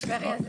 שנייה.